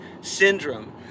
Syndrome